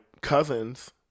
cousins